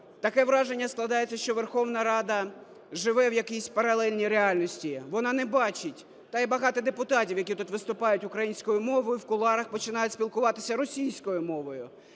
Таке враження складається, що Верховна Рада живе в якійсь паралельній реальності, вона не бачить, та й багато депутатів, які тут виступають українською мовою, в кулуарах починають спілкуватися російською мовою.